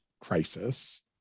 crisis